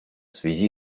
связи